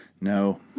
no